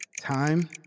Time